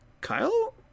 Kyle